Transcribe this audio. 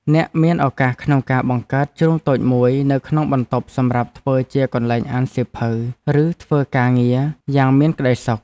អ្នកមានឱកាសក្នុងការបង្កើតជ្រុងតូចមួយនៅក្នុងបន្ទប់សម្រាប់ធ្វើជាកន្លែងអានសៀវភៅឬធ្វើការងារយ៉ាងមានក្ដីសុខ។